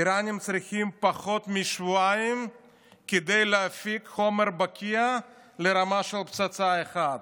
האיראנים צריכים פחות משבועיים כדי להפיק חומר בקיע לרמה של פצצה אחת.